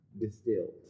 distilled